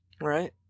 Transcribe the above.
right